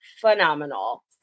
phenomenal